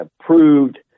approved